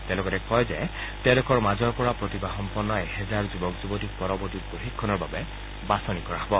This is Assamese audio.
তেওঁ লগতে কয় যে তেওঁলোকৰ মাজৰ পৰা প্ৰতিভা সম্পন্ন এহেজাৰ যুৱক যুৱতীক পৰৱৰ্তী প্ৰশিক্ষণৰ বাবে বাছনি কৰা হব